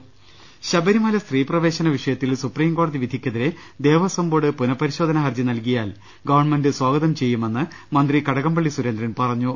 രുട്ട്ട്ട്ട്ട്ട്ട ശബരിമല സ്ത്രീപ്രവേശന വിഷയത്തിൽ സുപ്രീംകോടതി വിധിക്കെ തിരെ ദേവസ്വംബോർഡ് പുനഃപരിശോധനാ ഹർജി നൽകിയാൽ ഗവൺമെന്റ് സ്വാഗതം ചെയ്യുമെന്ന് മന്ത്രി കടകംപള്ളി സുരേന്ദ്രൻ പറഞ്ഞു